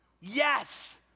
yes